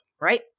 right